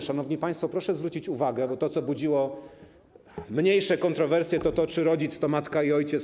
Szanowni państwo, proszę zwrócić na to uwagę, bo to, co budziło mniejsze kontrowersje, to to, czy rodzic to matka i ojciec.